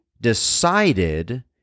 decided